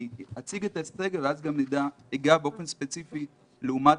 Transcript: אני אציג את האסטרטגיה ואז אגע באופן ספציפי לעומת